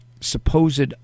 supposed